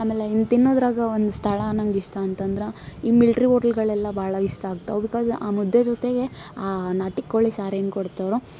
ಆಮೇಲೆ ಇನ್ನು ತಿನ್ನೋದ್ರಾಗ ಒಂದು ಸ್ಥಳ ನಂಗೆ ಇಷ್ಟ ಅಂತಂದ್ರೆ ಈ ಮಿಲ್ಟ್ರಿ ಓಟ್ಲ್ಗಳೆಲ್ಲ ಭಾಳ ಇಷ್ಟ ಆಗ್ತವೆ ಬಿಕಾಸ್ ಆ ಮುದ್ದೆ ಜೊತೆಗೆ ಆ ನಾಟಿ ಕೋಳಿ ಸಾರು ಏನು ಕೊಡ್ತಾರೊ